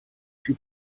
più